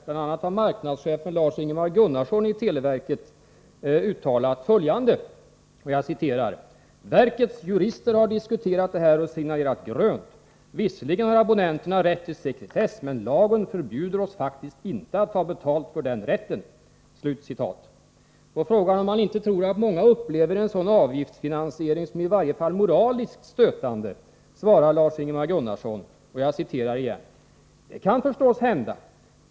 Exempelvis marknadschef Lars Ingemar Gunnarsson vid televerket har uttalat följande: ”Verkets jurister har diskuterat det här och signalerat grönt: visserligen har abonnenterna rätt till sekretess, men lagen förbjuder oss faktiskt inte att ta betalt för den rätten!” På frågan om han inte tror att många upplever en sådan avgiftsfinansiering som i varje fall moraliskt stötande svarar Lars Ingemar Gunnarsson: ”Det kan förstås hända.